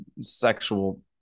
sexual